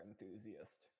enthusiast